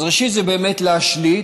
אז ראשית, זה באמת להשליט,